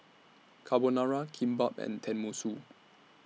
Carbonara Kimbap and Tenmusu